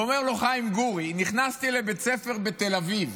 ואומר לו חיים גורי: נכנסתי לבית ספר בתל אביב,